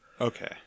Okay